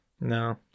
No